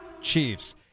Chiefs